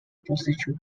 prostitute